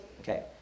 Okay